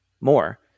more